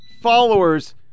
followers